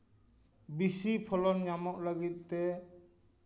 ᱵᱮᱥᱤ ᱯᱷᱚᱞᱚᱱ ᱧᱟᱢᱚᱜ ᱞᱟᱹᱜᱤᱫ ᱛᱮ